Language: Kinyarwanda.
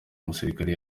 umusirikare